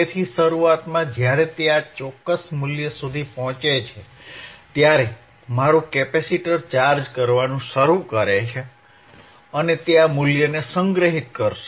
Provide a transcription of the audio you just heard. તેથી શરૂઆતમાં જ્યારે તે આ ચોક્કસ મૂલ્ય સુધી પહોંચે છે ત્યારે મારું કેપેસિટર ચાર્જ કરવાનું શરૂ કરશે અને તે આ મૂલ્યને સંગ્રહિત કરશે